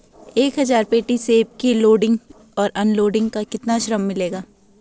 एक हज़ार पेटी सेब की लोडिंग और अनलोडिंग का कितना श्रम मिलेगा?